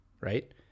right